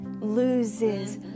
loses